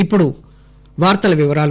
ఇప్పుడు వార్తల వివరాలు